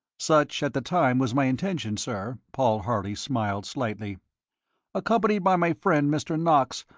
such, at the time, was my intention, sir. paul harley smiled slightly accompanied by my friend, mr. knox,